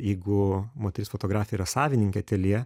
jeigu moteris fotografė yra savininkė ateljė